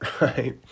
right